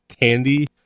candy